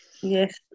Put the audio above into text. Yes